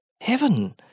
Heaven